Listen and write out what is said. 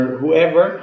whoever